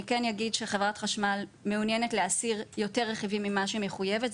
אני כן אגיד שחברת החשמל מעוניינת להסיר יותר רכיבים ממה שהיא מחויבת,